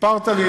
סיפרת לי.